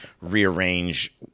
rearrange